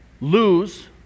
lose